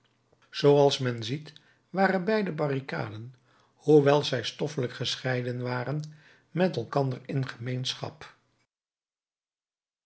zooals men ziet waren beide barricaden hoewel zij stoffelijk gescheiden waren met elkander in gemeenschap